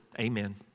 Amen